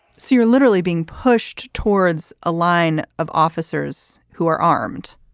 so you're literally being pushed towards a line of officers who are armed.